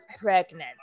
pregnant